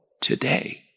today